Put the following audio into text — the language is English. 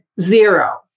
zero